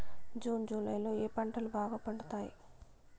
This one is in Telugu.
జూన్ జులై లో ఏ పంటలు బాగా పండుతాయా?